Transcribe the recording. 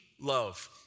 love